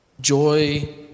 joy